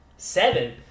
Seven